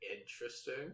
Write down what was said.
interesting